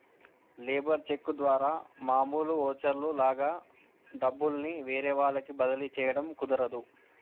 labour cheque ద్వారా మామూలు voucher లాగా డబ్బుల్ని వేరే వారికి బదిలీ చేయడం కుదరదు